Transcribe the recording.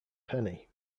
penny